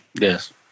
Yes